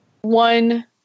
one